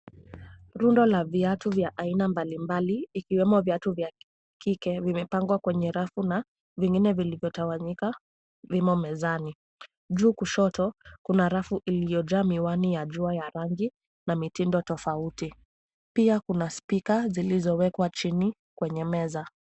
Rundo la viatu vya aina mbali mbali ikiwemo viatu vya kike vimepangwa kwenye rafu na vingine viki vilivo tawanyika vimo mezani. Juu kushoto kuna rafu iliyo jaa miwani ya jua ya rangi na mitindo tofauti pia kuna speaker zilizo wekwa chini kwenye meza.